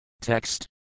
Text